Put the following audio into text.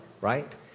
right